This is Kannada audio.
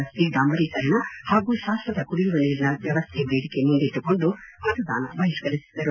ರಸ್ತೆ ಡಾಂಬರೀಕರಣ ಹಾಗೂ ಶಾಶ್ವತ ಕುಡಿಯುವ ನೀರಿನ ವ್ಯವಸ್ಥೆ ಬೇಡಿಕೆ ಮುಂದಿಟ್ಟುಕೊಂಡು ಗ್ರಾಮಸ್ಥರು ಮತದಾನ ಬಹಿಷ್ಕರಿಸಿದ್ದರು